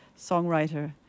songwriter